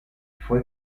fue